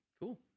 cool